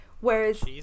whereas